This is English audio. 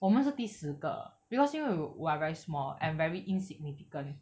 我们是第十个 because 因为 we we are very small and very insignificant